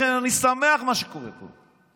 לכן אני שמח ממה שקורה פה.